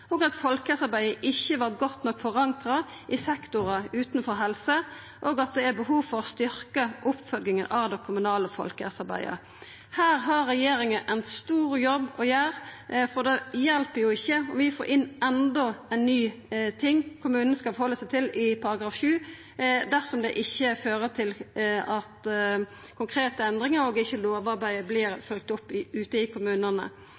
at folkehelsearbeid ikkje var godt nok forankra i sektorar utanfor helse, og at det er behov for å styrkja oppfølginga av det kommunale folkehelsearbeidet. Her har regjeringa ein stor jobb å gjera. Det hjelper jo ikkje om vi får inn endå noko nytt i § 7, som kommunen skal retta seg etter, dersom det ikkje fører til konkrete endringar og lovarbeidet ikkje vert følgt opp ute i kommunane.